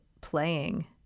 playing